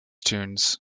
tunes